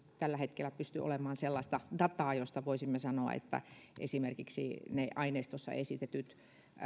tällä hetkellä pysty olemaan sellaista dataa josta voisimme sanoa että esimerkiksi ne aineistossa esitetyt